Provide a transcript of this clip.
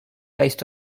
based